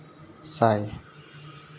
ᱥᱟᱭ